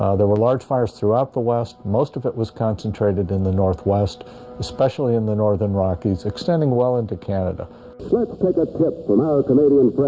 ah there were large fires throughout the west most of it was concentrated in the northwest especially in the northern rockies extending well into canada lets take a tip from our canadian